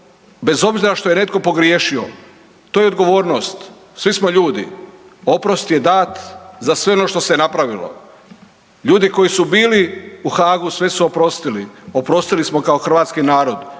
bez obzira što je netko pogriješio. To je odgovornost, svi smo ljudi, oprost je dat za sve ono što se napravilo. Ljudi koji su bili u Haagu sve su oprostili, oprostili smo kao hrvatski narod.